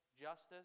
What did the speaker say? justice